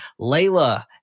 Layla